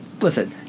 Listen